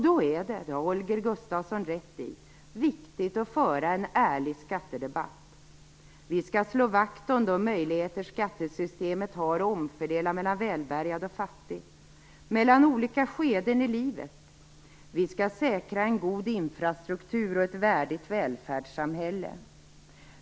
Då är det - det har Holger Gustafsson rätt i - viktigt att föra en ärlig skattedebatt. Vi skall slå vakt om de möjligheter som skattesystemet har att omfördela mellan välbärgad och fattig, mellan olika skeden i livet. Vi skall säkra en god infrastruktur och ett värdigt välfärdssamhälle.